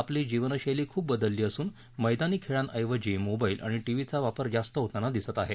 आपली जीवनशसी खूप बदलली असून मद्यांनी खेळांऐवजी मोबाईल आणि टीव्हीचा वापर जास्त होताना दिसत आहे